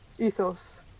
ethos